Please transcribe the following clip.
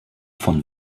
von